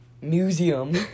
museum